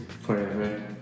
forever